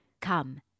come